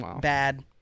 bad